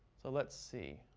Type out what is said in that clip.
so, let's see,